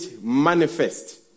manifest